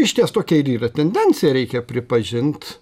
išties tokia ir yra tendencija reikia pripažint